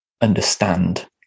understand